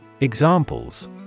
Examples